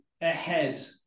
ahead